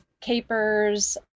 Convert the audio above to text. capers